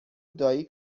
دایی